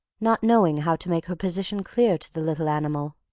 not knowing how to make her position clear to the little animal.